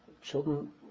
Children